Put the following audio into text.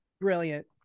Brilliant